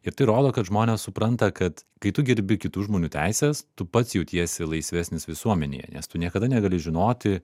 ir tai rodo kad žmonės supranta kad kai tu gerbi kitų žmonių teises tu pats jautiesi laisvesnis visuomenėje nes tu niekada negali žinoti